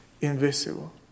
invisible